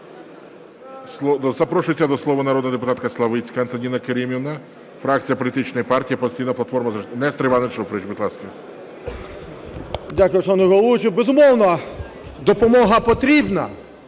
Дякую, шановний головуючий. Безумовно, допомога потрібна.